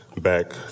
back